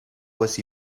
was